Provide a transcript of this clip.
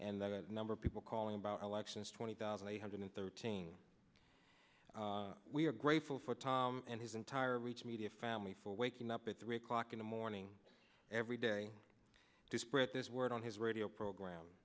and that number of people calling about elections twenty thousand eight hundred thirteen we are grateful for tom and his entire reach media family for waking up at three o'clock in the morning every day to spread this word on his radio program